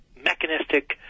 mechanistic